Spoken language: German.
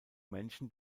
menschen